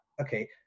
okay